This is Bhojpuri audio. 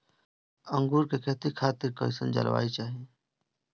अंगूर के खेती खातिर कइसन जलवायु चाही?